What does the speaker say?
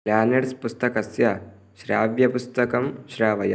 planets पुस्तकस्य श्राव्यपुस्तकं श्रावय